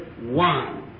one